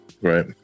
right